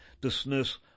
dismiss